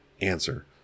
Answer